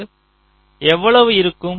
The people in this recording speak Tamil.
அது எவ்வளவு இருக்கும்